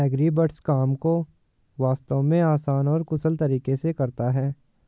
agribots काम को वास्तव में आसान और कुशल तरीके से करता है